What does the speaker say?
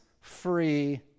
free